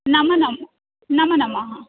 नमो नमो नमः नमः